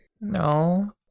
No